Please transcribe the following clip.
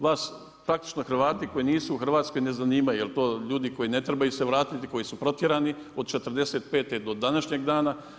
Vas, praktičko Hrvati koji nisu u Hrvatskoj ne zanimaju, jer to ljudi koji ne trebaju se vratiti, koji su protjerani, od '45. do današnjeg dana.